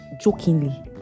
jokingly